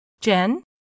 Jen